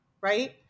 Right